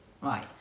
Right